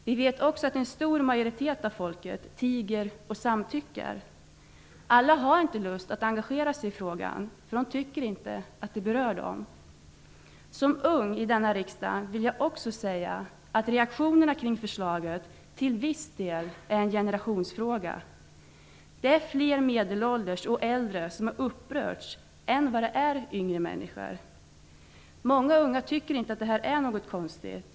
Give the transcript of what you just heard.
Vi vet också att en stor majoritet av folket tiger och samtycker. Alla har inte lust att engagera sig i frågan. De tycker inte att det berör dem. Som ung i denna riksdag vill jag också säga att reaktionerna kring förslaget till viss del är en generationsfråga. Det är fler medelålders och äldre som har upprörts än yngre människor. Många unga tycker inte att detta är något konstigt.